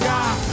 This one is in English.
God